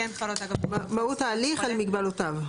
מהות ההליך על מגבלותיו.